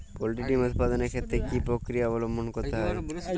Poultry ডিম উৎপাদনের ক্ষেত্রে কি পক্রিয়া অবলম্বন করতে হয়?